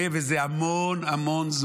וזה המון המון זמן.